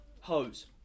hose